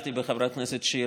שנעזרתי בחברת הכנסת שיר,